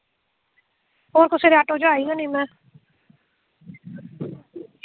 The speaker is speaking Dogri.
होर कुसै दे ऑटो च आई गै नेईं में